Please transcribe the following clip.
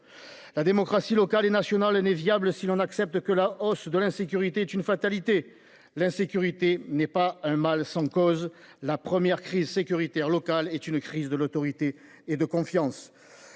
La démocratie locale et nationale n’est pas viable si l’on accepte la hausse de l’insécurité comme une fatalité. L’insécurité n’est pas un mal sans cause. La première crise sécuritaire locale est une crise de l’autorité et de la confiance.